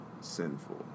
sinful